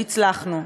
והצלחנו.